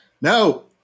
No